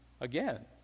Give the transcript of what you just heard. again